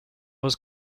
was